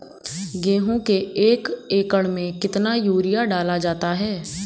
गेहूँ के एक एकड़ में कितना यूरिया डाला जाता है?